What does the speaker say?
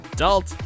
Adult